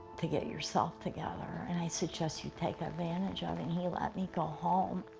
to get yourself together and i suggest you take advantage of it. and he let me go home.